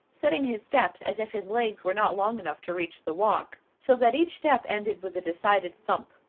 setting his steps as if his legs were not long enough to reach the walk, so that each step ended with a decided thump.